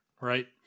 Right